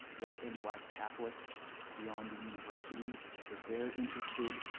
white and black catholics beyond the university. so they're interested.